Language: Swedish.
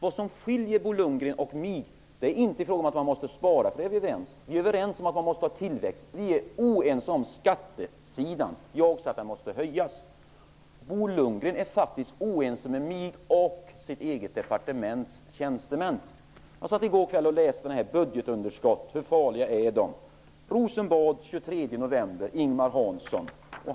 Vad som skiljer mellan Bo Lundgrens och min syn på budgetsaneringen är inte frågan om man måste spara -- på den punkten är vi överens. Vi är också överens om att man måste ha tillväxt. Vi är oense om skattesidan -- jag anser att skatten måste höjas. Bo Lundgren är faktiskt oense med mig och sitt eget departements tjänstemän. Jag satt i går kväll och läste skriften Budgetunderskott -- hur farliga är de?, som är undertecknad Rosenbad den 23 november av Ingemar Hansson.